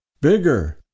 Bigger